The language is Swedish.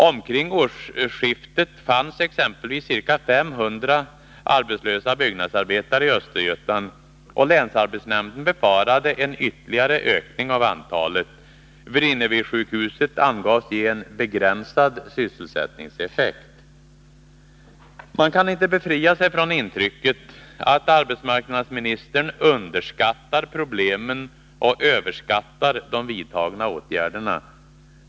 Omkring årsskiftet fanns exempelvis ca 500 arbetslösa byggnadsarbetare i Östergötland, och länsarbetsnämnden befarade en ytterligare ökning av antalet. Vrinnevisjukhuset angavs ge en begränsad sysselsättningseffekt. Man kan inte befria sig från intrycket att arbetsmarknadsministern underskattar problemen och överskattar de vidtagna åtgärderna.